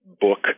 book